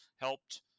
helped